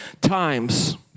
times